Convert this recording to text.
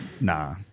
Nah